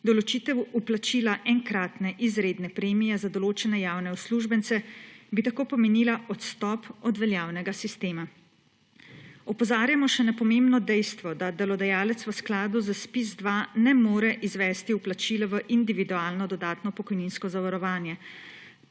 Določitev vplačila enkratne izredne premije za določene javne uslužbence bi tako pomenila odstop od veljavnega sistema. Opozarjamo še na pomembno dejstvo, da delodajalec v skladu s ZPIZ-2 ne more izvesti vplačil v individualno dodatno pokojninsko zavarovanje.